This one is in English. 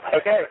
okay